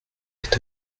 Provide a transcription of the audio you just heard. est